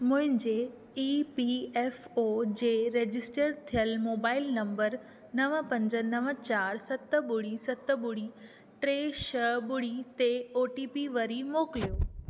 मुंहिंजे E P F O जे register थियलु मोबाइल नंबर नव पंज नव चार सत ॿुड़ी सत ॿुड़ी टे छह ॿुड़ी ते ओ टी पी वरी मोकिलियो